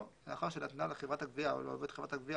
לאחר שנתנה לחברת הגבייה או לעובד חברת הגבייה,